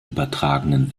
übertragenen